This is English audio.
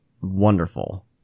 wonderful